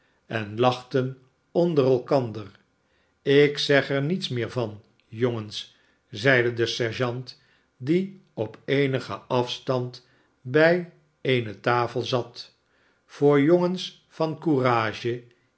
en lachten onder elkander ilk zeg er niets meer van jongens zeide de sergeant die op eenigen afstand bij eene tafel zat voor jongens van courage